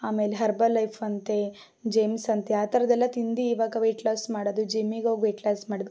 ಆಮೇಲೆ ಹರ್ಬಲೈಫ್ ಅಂತೆ ಜೆಮ್ಸ್ ಅಂತೆ ಆ ಥರದೆಲ್ಲ ತಿಂದು ಈವಾಗ ವೆಯ್ಟ್ ಲಾಸ್ ಮಾಡೋದು ಜಿಮ್ಮಿಗೆ ಹೋಗಿ ವೆಯ್ಟ್ ಲಾಸ್ ಮಾಡೋದು